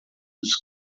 dos